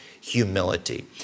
humility